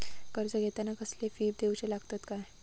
कर्ज घेताना कसले फी दिऊचे लागतत काय?